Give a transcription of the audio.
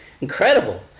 incredible